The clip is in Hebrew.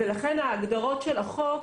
ולכן ההגדרות של החוק,